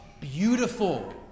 beautiful